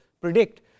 predict